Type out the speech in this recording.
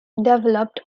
developed